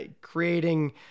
creating